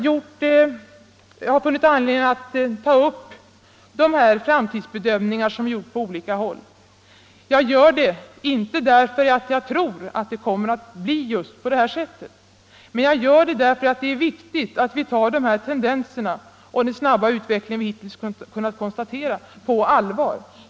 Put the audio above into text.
Jag har funnit anledning att ta upp dessa framtidsbedömningar på olika håll, inte därför att jag tror att det kommer att bli just på det här sättet, utan därför att det är viktigt att vi tar de här tendenserna och den snabba utveckling som vi hittills kunnat konstatera på allvar.